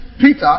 Peter